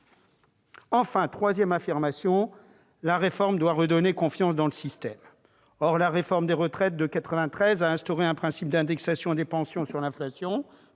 Enfin, troisième affirmation : la réforme doit redonner confiance dans le système. La réforme des retraites de 1993 a instauré un principe d'indexation des pensions sur l'inflation